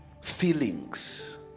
feelings